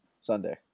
Sunday